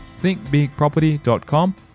thinkbigproperty.com